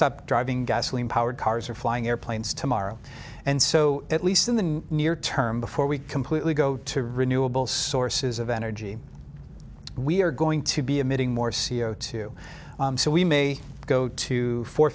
stop driving gasoline powered cars or flying airplanes tomorrow and so at least in the near term before we completely go to renewable sources of energy we're going to be emitting more c o two so we may go to four